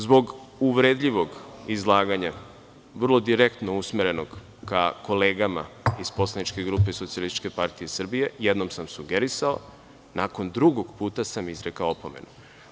Zbog uvredljivog izlaganja, vrlo direktno usmerenog ka kolegama iz poslaničke grupe SPS, jednom sam sugerisao, nakon drugog puta sam izrekao opomenu.